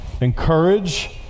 encourage